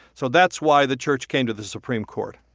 so that's why the church came to the supreme court.